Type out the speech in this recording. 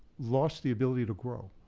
lost the ability to grow.